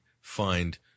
find